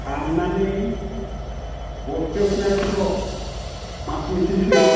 हान्नानै बस्थायाव सोना दोन्थ' मास मोनसेसो